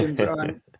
on